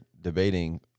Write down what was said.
debating